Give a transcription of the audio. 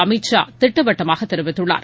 அமித் ஷா திட்டவட்டமாகத் தெரிவித்துள்ளார்